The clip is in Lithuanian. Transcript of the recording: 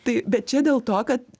tai bet čia dėl to kad